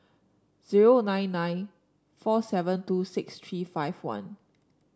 zero nine nine four seven two six three five one